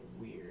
weird